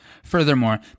Furthermore